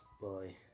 boy